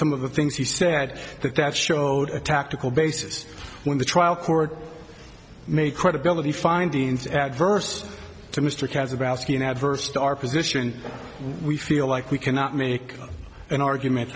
some of the things he said that that showed a tactical basis when the trial court made credibility findings adverse to mr katz about adverse to our position we feel like we cannot make an argument